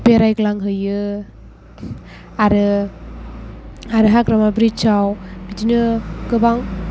बेरायग्लांहैयो आरो आरो हाग्रामा ब्रिड्जआव बिदिनो गोबां